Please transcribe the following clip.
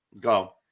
Go